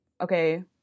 okay